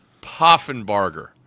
Poffenbarger